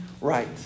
right